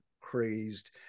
crazed